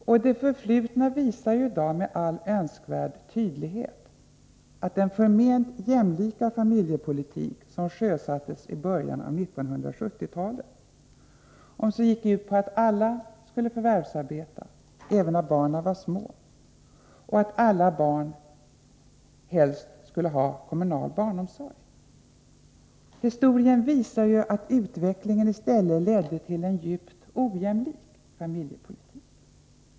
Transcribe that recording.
Historien visar i dag med all önskvärd tydlighet vad som hänt med den förment jämlika familjepolitik som sjösattes i början av 1970-talet och gick ut på att alla skulle förvärvsarbeta, även när barnen var små, och att alla barn helst skulle ha kommunal barnomsorg. Utvecklingen har i stället lett till en djupt ojämlik familjepolitik.